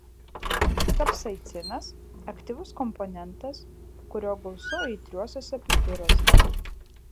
kapsaicinas aktyvus komponentas kurio gausu aitriuosiuose pipiruose